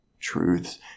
truths